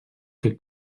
que